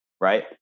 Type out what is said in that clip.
right